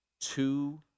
two